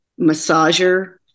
massager